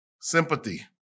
Sympathy